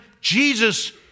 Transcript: Jesus